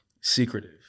secretive